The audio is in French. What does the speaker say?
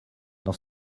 dans